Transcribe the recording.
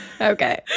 Okay